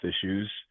issues